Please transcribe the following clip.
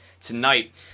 tonight